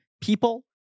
people